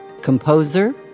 composer